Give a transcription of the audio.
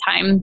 time